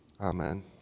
Amen